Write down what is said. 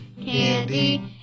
Candy